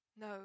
No